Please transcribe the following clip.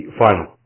final